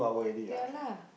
ya lah